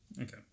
Okay